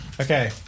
okay